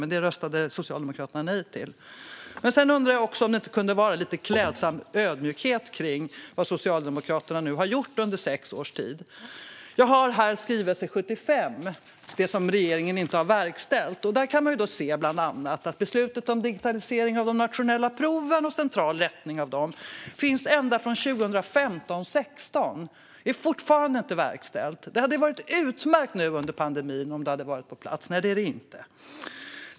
Men det röstade alltså Socialdemokraterna nej till. Jag undrar också om det inte skulle kunna finnas lite klädsam ödmjukhet kring vad Socialdemokraterna har gjort nu under sex års tid. Jag har här i handen skrivelse 75 om det som regeringen inte har verkställt. Där kan man bland annat se att beslutet om digitalisering av de centrala proven och central rättning av dem finns med ända sedan riksdagsåret 2015/16. Det är fortfarande inte verkställt. Det hade varit utmärkt om det hade varit på plats nu under pandemin. Men nej, det är det inte.